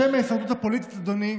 בשם ההישרדות הפוליטית, אדוני,